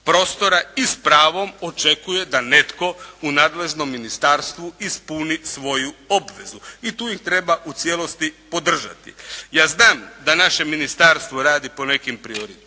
prostora i s pravom očekuje da netko u nadležnom ministarstvu ispuni svoju obvezu i tu ih treba u cijelosti podržati. Ja znam da naše ministarstvo radi po nekim prioritetima,